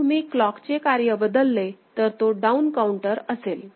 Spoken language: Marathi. जर तुम्ही क्लॉक चे कार्य बदलले तर तो डाउन काउंटर असेल